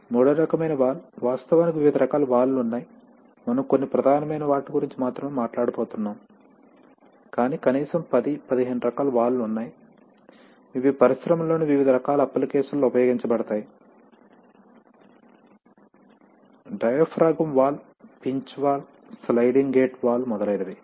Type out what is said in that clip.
మూడవ రకమైన వాల్వ్ వాస్తవానికి వివిధ రకాల వాల్వ్ లు ఉన్నాయి మనము కొన్ని ప్రధానమైన వాటి గురించి మాత్రమే మాట్లాడబోతున్నాము కానీ కనీసం 10 15 రకాల వాల్వ్ లు ఉన్నాయి ఇవి పరిశ్రమలోని వివిధ రకాల అప్లికేషన్స్ లలో ఉపయోగించబడతాయి diaphragm valve pinch valve sliding gate valve మొదలైనవి